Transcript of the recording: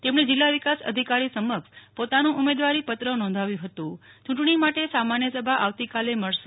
તેમણે જિલ્લા વિકાસ અધિકારી સમક્ષ પોતાનું ઉમેદવારીપત્ર નોંધાવ્યું હતું ચૂંટણી માટે સામાન્ય સભા આવતીકાલે મળશે